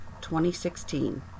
2016